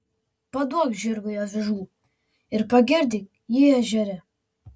paduok žirgui avižų ir pagirdyk jį ežere